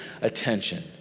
attention